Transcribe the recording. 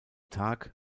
tag